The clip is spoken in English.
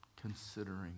considering